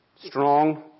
strong